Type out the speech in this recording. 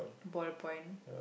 ballpoint